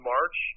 March